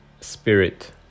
spirit